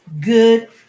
good